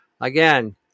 again